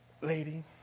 Lady